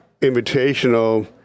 invitational